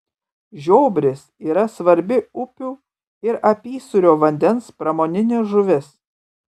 žiobris yra svarbi upių ir apysūrio vandens pramoninė žuvis